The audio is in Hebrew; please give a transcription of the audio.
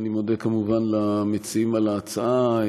אני מודה כמובן למציעים על ההצעה.